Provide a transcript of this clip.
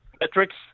metrics